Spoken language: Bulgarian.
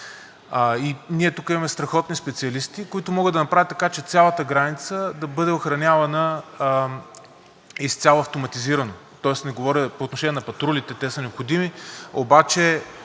Ние тук имаме страхотни специалисти, които могат да направят така, че цялата граница да бъде охранявана изцяло автоматизирано, тоест не говоря по отношение на патрулите – те са необходими, обаче